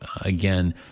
again